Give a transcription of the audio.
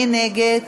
מי נגד?